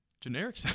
generic